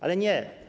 Ale nie.